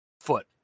foot